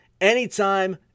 anytime